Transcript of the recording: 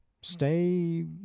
Stay